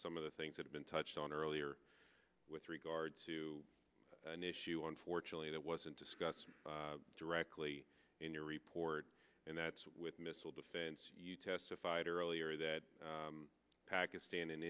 some of the things that have been touched on earlier with regard to an issue on fortunately that wasn't discussed directly in your report and that with missile defense you testified earlier that pakistan and